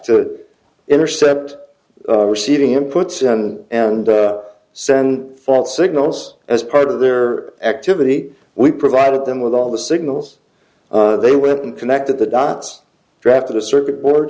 to intercept receiving inputs and and send false signals as part of their activity we provided them with all the signals they went and connected the dots drafter the circuit board